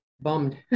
bummed